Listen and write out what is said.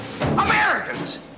americans